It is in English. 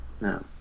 No